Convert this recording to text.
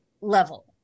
level